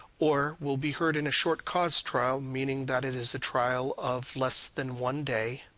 or will be heard in a short cause trial meaning that it is a trial of less than one day,